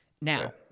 Now